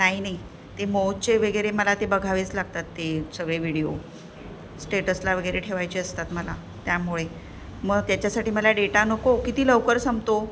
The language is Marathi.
नाही नाही ते मोजचे वगैरे मला ते बघावेच लागतात ते सगळे विडिओ स्टेटसला वगैरे ठेवायचे असतात मला त्यामुळे मग त्याच्यासाठी मला डेटा नको किती लवकर संपतो